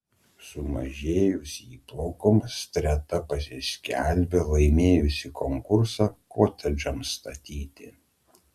sumažėjus įplaukoms streta pasiskelbė laimėjusi konkursą kotedžams statyti